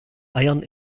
eiern